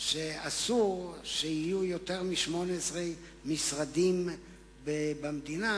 שלפיו אסור שיהיו יותר מ-18 משרדים במדינה,